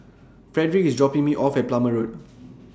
Frederick IS dropping Me off At Plumer Road